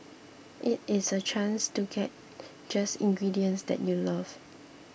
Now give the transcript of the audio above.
it is a chance to get just ingredients that you love